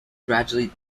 gradually